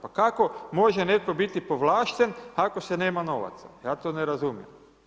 Pa kako može netko biti povlašten ako se nema novaca, ja to ne razumijem.